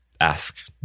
ask